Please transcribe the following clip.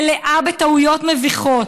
מלאה בטעויות מביכות.